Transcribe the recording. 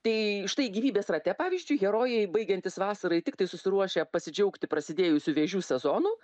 tai štai gyvybės rate pavyzdžiui herojai baigiantis vasarai tiktai susiruošę pasidžiaugti prasidėjusiu vėžių sezonu